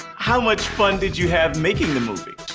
how much fun did you have making the movie?